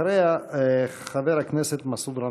אחריה, חבר הכנסת מסעוד גנאים.